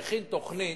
מכין תוכנית,